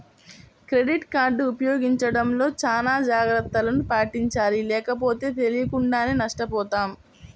credit card ఉపయోగించడంలో చానా జాగర్తలను పాటించాలి లేకపోతే తెలియకుండానే నష్టపోతాం